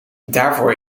daarvoor